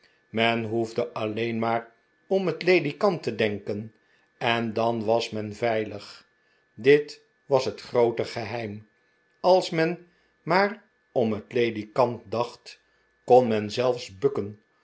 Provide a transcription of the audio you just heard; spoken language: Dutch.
men hoefde alleen maar om het ledikant te denken en dan was men veilig dit was het groote geheim als men maar om het ledikant dacht kon men zelfs bukken